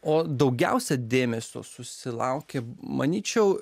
o daugiausia dėmesio susilaukė manyčiau